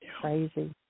crazy